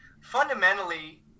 fundamentally